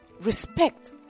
respect